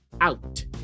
out